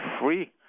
free